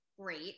great